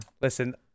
listen